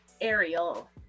Ariel